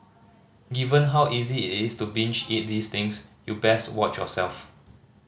given how easy it is to binge eat these things you best watch yourself